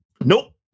Nope